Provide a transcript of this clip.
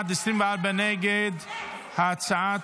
יוראי להב הרצנו,